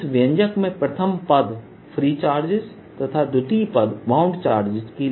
इस व्यंजक में प्रथम पाद फ्री चार्जेस तथा द्वितीय पद बाउंड चार्ज के लिए है